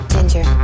Ginger